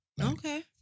Okay